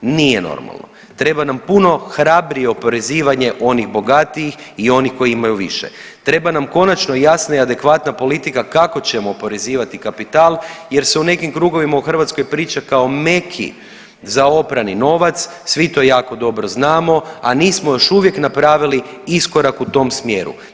Nije normalno, treba nam puno hrabrije oporezivanje onih bogatijih i onih koji imaju više, treba nam konačno jasna i adekvatna politika kako ćemo oporezivati kapital jer se u nekim drugovima u Hrvatskoj priča kao o Meki za oprani novac, svi to jako dobro znamo, a nismo još uvijek napravili iskorak u tom smjeru.